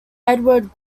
edward